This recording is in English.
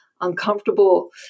uncomfortable